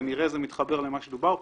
כנראה זה מתחבר למה שדובר כאן,